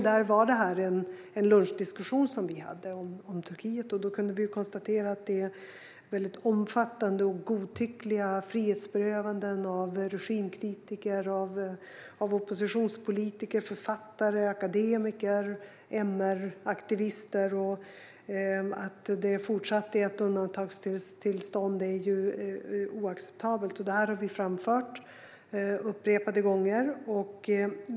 Vi hade en lunchdiskussion om Turkiet och kunde då konstatera att det sker väldigt omfattande och godtyckliga frihetsberövanden av regimkritiker, oppositionspolitiker, författare, akademiker och MR-aktivister. Vi konstaterade också att det är oacceptabelt att det även fortsättningsvis råder undantagstillstånd. Detta har vi framfört upprepade gånger.